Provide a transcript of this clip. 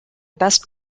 best